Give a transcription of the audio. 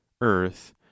earth